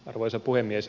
arvoisa puhemies